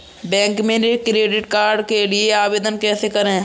Bank में credit card के लिए आवेदन कैसे करें?